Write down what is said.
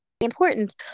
important